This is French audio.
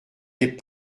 des